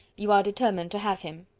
you are determined to have him.